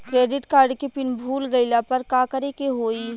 Credit card के पिन भूल गईला पर का करे के होई?